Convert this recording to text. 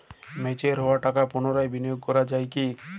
Mature হওয়া টাকা পুনরায় বিনিয়োগ করা য়ায় কি?